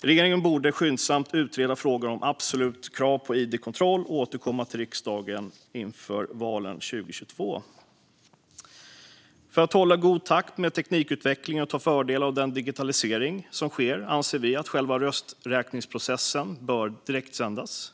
Regeringen borde skyndsamt utreda frågor om absolut krav på idkontroll och återkomma till riksdagen inför valen 2022. För att hålla god takt med teknikutvecklingen och dra fördel av den digitalisering som sker anser vi att själva rösträkningsprocessen bör direktsändas.